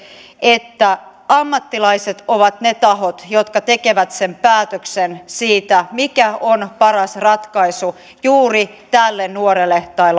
että ammattilaiset ovat ne tahot jotka tekevät sen päätöksen siitä mikä on paras ratkaisu juuri tälle nuorelle tai